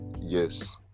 Yes